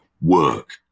work